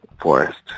forest